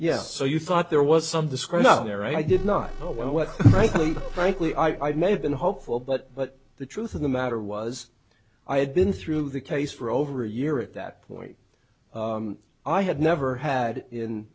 yes so you thought there was some discretion there i did not know what right frankly i may have been hopeful but but the truth of the matter was i had been through the case for over a year at that point i had never had in